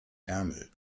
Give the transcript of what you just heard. ärmel